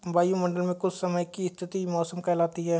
वायुमंडल मे कुछ समय की स्थिति मौसम कहलाती है